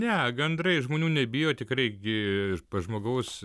ne gandrai žmonių nebijo tikrai gi pas žmogaus